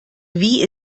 wie